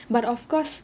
but of course